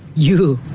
you.